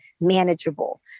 manageable